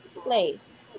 place